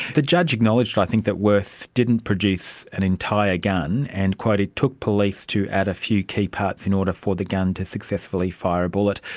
the judge acknowledged i think that wirth didn't produce an entire gun and it took police to add a few key parts in order for the gun to successfully fire a bullet,